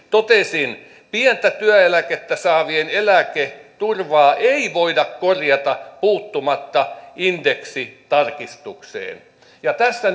totesin pientä työeläkettä saavien eläketurvaa ei voida korjata puuttumatta indeksitarkistukseen tässä